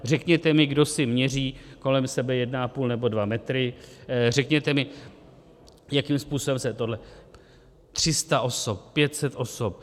Řekněte mi, kdo si měří kolem sebe 1,5 nebo 2 metry, řekněte mi, jakým způsobem se tohle 300 osob, 500 osob.